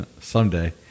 Someday